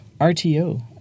RTO